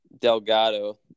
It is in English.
Delgado